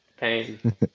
Pain